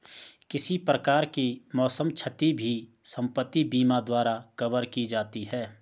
किसी प्रकार की मौसम क्षति भी संपत्ति बीमा द्वारा कवर की जाती है